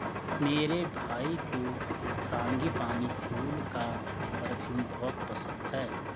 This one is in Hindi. मेरे भाई को फ्रांगीपानी फूल का परफ्यूम बहुत पसंद है